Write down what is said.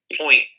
point